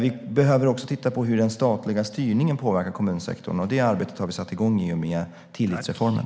Vi behöver också titta på hur den statliga styrningen påverkar kommunsektorn, och det arbetet har vi satt igång i och med tillitsreformen.